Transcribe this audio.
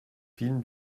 film